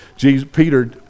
Peter